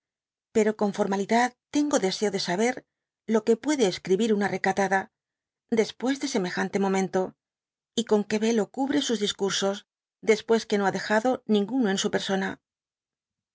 pero con formalidad tengo deseo de saber lo que puede escribir una recatada después de semejante momento y con que velo cubre sus discursos después que no ha dejado ninguno en su persona